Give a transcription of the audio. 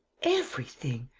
everything.